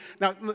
Now